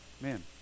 man